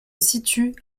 situe